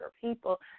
people